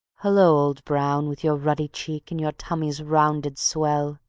hullo, old brown, with your ruddy cheek and your tummy's rounded swell,